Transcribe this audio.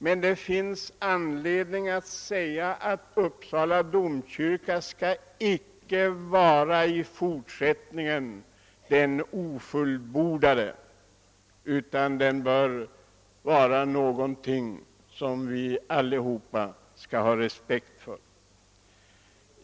Det bör dock understrykas att Uppsala domkyrka i fortsättningen icke får vara den ofullbordade kyrkan utan skall vara en kyrka som vi alla kan hysa respekt för.